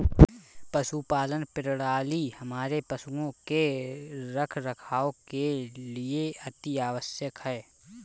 पशुपालन प्रणाली हमारे पशुओं के रखरखाव के लिए अति आवश्यक है